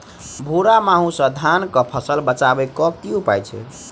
भूरा माहू सँ धान कऽ फसल बचाबै कऽ की उपाय छै?